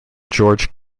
george